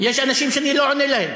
יש אנשים שאני לא עונה להם.